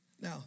Now